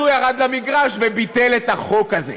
הוא ירד למגרש וביטל את החוק הזה.